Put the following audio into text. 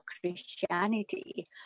Christianity